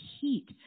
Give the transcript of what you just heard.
heat